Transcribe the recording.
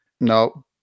No